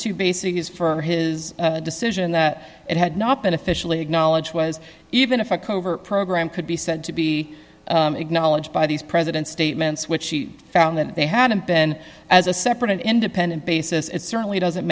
two bases for his decision that it had not been officially acknowledged was even if a covert program could be said to be acknowledged by these president statements which he found that they hadn't been as a separate and independent basis it certainly doesn't